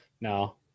No